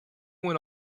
when